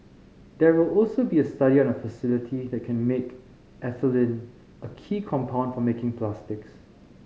there will also be a study on a facility that can make ethylene a key compound for making plastics